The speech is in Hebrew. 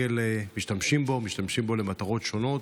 משתמשים בו למטרות שונות,